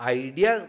idea